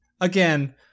again